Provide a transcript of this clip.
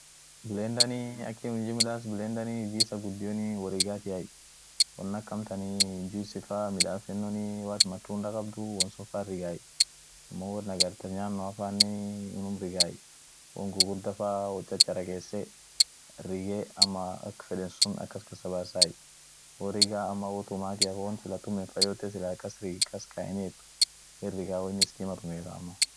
Wonisunii sagaleanean hindaabeni, aminen sagaleanean hinbukisen. tuninen turkinen dandaanien sagale hinyaateni, ama sagale ak simaafan ama mandaazifanen hinyaateni. dumii bilo dandani woin hinchireteni won ak fooni fa won ak kola fa, won ak kabeji au sukumaafa yote unum chireteniin.